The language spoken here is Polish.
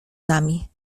nami